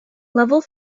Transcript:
level